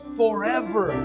forever